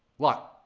luck,